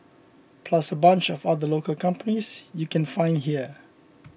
plus a bunch of other local companies you can find here